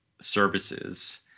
services